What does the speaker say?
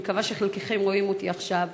אני מקווה שחלקכם רואים אותי עכשיו,